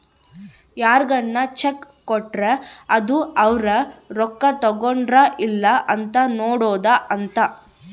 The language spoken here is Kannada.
ಯಾರ್ಗನ ಚೆಕ್ ಕೊಟ್ರ ಅದು ಅವ್ರ ರೊಕ್ಕ ತಗೊಂಡರ್ ಇಲ್ಲ ಅಂತ ನೋಡೋದ ಅಂತ